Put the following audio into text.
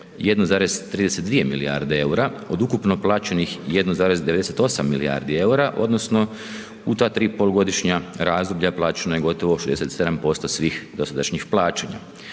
1,32 milijarde EUR-a od ukupno plaćenih 1,98 milijardi eura, odnosno u ta tri polugodišnja razdoblja, plaćeno je gotovo 67% svih dosadašnjih plaća.